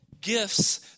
gifts